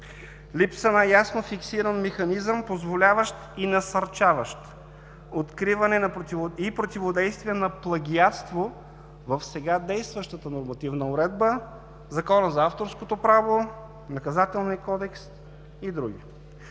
липса на ясно фиксиран механизъм, позволяващ и насърчаващ откриване и противодействие на плагиатство в сега действащата нормативна уредба, Закона за авторското право, Наказателния кодекс и други,